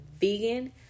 vegan